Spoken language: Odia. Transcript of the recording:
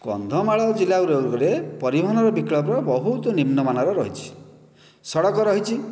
କନ୍ଧମାଳ ଜିଲ୍ଲାରେ ପରିବହନ ବିକଳ୍ପ ବହୁତ ନିମ୍ନମାନର ରହିଛି ସଡ଼କ ରହିଛି